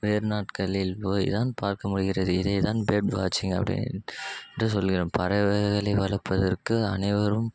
வேறு நாடுகளில் போய் தான் பார்க்க முடிகிறது இதே தான் பேர்ட் வாட்ச்சிங் அப்படின்னு என்று சொல்லுகிறேன் பறவைகளை வளர்ப்பதற்கு அனைவரும்